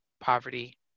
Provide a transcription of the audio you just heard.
poverty